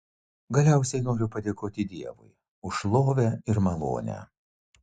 galiausiai noriu padėkoti dievui už šlovę ir malonę